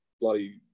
bloody